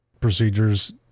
procedures